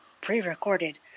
pre-recorded